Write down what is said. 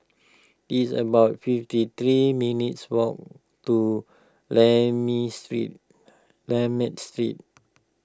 it's about fifty three minutes' walk to Lakme Street Street